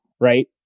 right